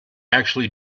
actually